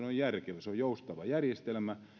on järkevä se on joustava järjestelmä